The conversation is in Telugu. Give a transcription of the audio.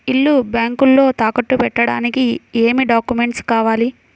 ఇల్లు బ్యాంకులో తాకట్టు పెట్టడానికి ఏమి డాక్యూమెంట్స్ కావాలి?